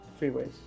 freeways